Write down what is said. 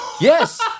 Yes